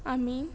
आमी